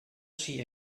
she